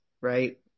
right